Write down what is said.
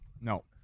No